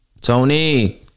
Tony